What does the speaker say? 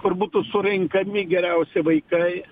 kur būtų surenkami geriausi vaikai